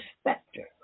specter